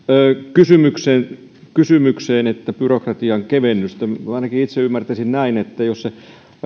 kysymykseen kysymykseen byrokratian kevennyksestä ainakin itse ymmärtäisin näin että jos se